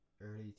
early